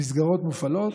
המסגרות מופעלות,